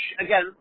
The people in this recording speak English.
again